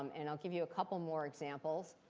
and i'll give you a couple more examples.